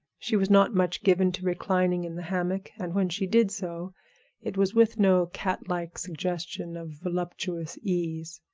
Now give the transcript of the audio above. she was not much given to reclining in the hammock, and when she did so it was with no cat-like suggestion of voluptuous ease,